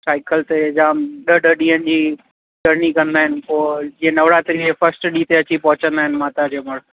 cycle ते जाम ॾह ॾह ॾींहनि जी जर्नी कंदा आहिनि पोइ जीअं नवरात्री जे फ़र्स्ट ॾींहं ते अची पहुचंदा आहिनि माता जे मढ़